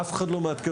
אף אחד לא מעדכן.